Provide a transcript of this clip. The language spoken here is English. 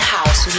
House